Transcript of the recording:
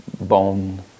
bone